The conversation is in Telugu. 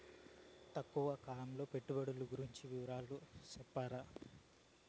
తక్కువ కాలం పెట్టుబడులు గురించి వివరాలు సెప్తారా?